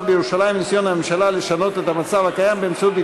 המצב בירושלים וניסיון הממשלה לשנות את הסטטוס-קוו